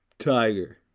tiger